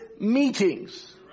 meetings